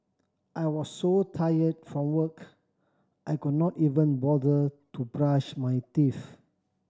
I was so tired from work I could not even bother to brush my teeth